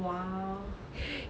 !wow!